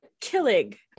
Killing